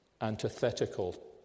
antithetical